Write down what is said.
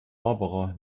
barbara